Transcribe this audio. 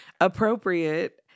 appropriate